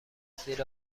زیر